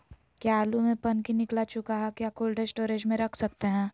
क्या आलु में पनकी निकला चुका हा क्या कोल्ड स्टोरेज में रख सकते हैं?